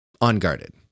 unguarded